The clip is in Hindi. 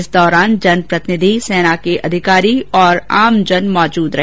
इस दौरान जनप्रतिनिधि सेना के अधिकारी और आमजन मौजूद रहे